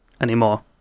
anymore